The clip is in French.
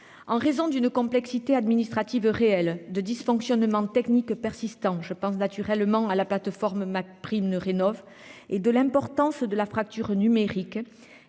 En raison d'une complexité administrative réel de dysfonctionnements techniques persistants je pense naturellement à la plateforme Mac prime ne rénove et de l'importance de la fracture numérique.